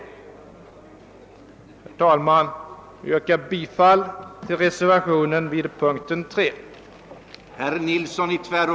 Herr talman! Jag yrkar bifall till reservationen vid punkten 3.